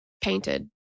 painted